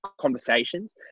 conversations